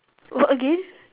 what again